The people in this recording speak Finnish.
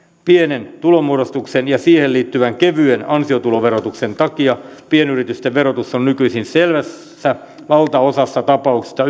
pienen tulonmuodostuksen ja siihen liittyvän kevyen ansiotuloverotuksen takia pienyritysten verotus on nykyisin selvässä valtaosassa tapauksista